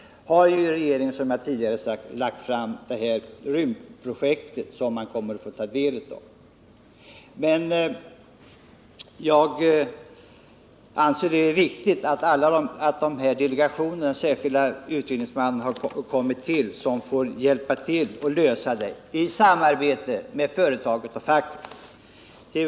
Det är viktigt att delegationen har tillkallats. Den får hjälpa till att lösa frågan i samarbete med företaget och facket.